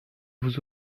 vous